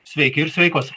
sveiki ir sveikos